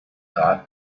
thought